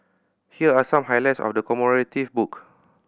here are some highlights of the commemorative book